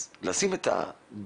אז לשים את הדגש,